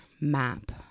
map